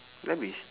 dah habis